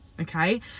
Okay